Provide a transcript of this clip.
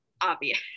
obvious